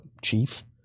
chief